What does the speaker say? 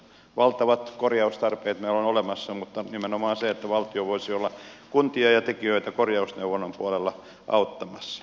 valtavat korjaustarpeet meillä on olemassa mutta nimenomaan valtio voisi olla kuntia ja tekijöitä korjausneuvonnan puolella auttamassa